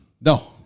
No